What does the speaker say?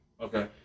Okay